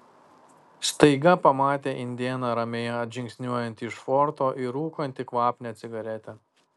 staiga pamatė indėną ramiai atžingsniuojantį iš forto ir rūkantį kvapnią cigaretę